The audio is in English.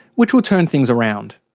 which will turn things around.